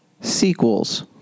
sequels